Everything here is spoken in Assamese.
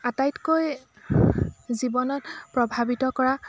আটাইতকৈ জীৱনত প্ৰভাৱিত কৰা